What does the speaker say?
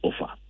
offer